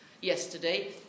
yesterday